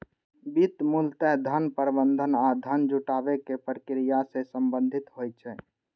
वित्त मूलतः धन प्रबंधन आ धन जुटाबै के प्रक्रिया सं संबंधित होइ छै